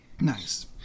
Nice